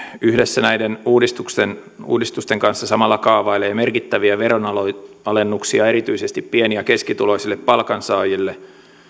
yhdessä näiden uudistusten kanssa samalla kaavailee merkittäviä veronalennuksia erityisesti pieni ja keskituloisille palkansaajille